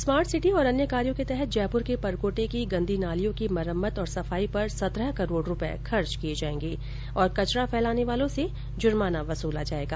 smart city और अन्य कार्यों के तहत जयपुर के परकोटे की गन्दी नालियों की मरम्मत और सफाई पर सत्रह करोड़ रुपये खर्च किये जायेंगे और कचरा फैलाने वालो से जुर्माना वसुला जायेगा